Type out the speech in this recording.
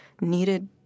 needed